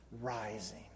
rising